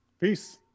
Peace